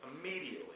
immediately